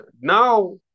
Now